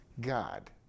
God